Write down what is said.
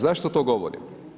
Zašto to govorim?